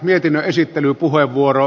lakiehdotus hylätään